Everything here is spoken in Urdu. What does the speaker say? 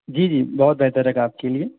جی جی بہت بہتر رہے گا آپ کے لیے